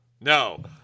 no